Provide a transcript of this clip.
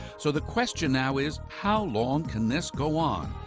so the question now is how long can this go on?